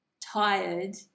tired